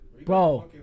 Bro